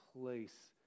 place